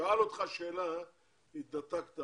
נשאלת שאלה והתנתקת,